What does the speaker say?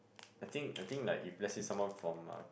I think I think like if let's say someone from a